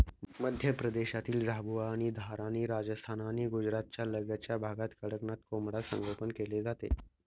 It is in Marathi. मध्य प्रदेशातील झाबुआ आणि धार आणि राजस्थान आणि गुजरातच्या लगतच्या भागात कडकनाथ कोंबडा संगोपन केले जाते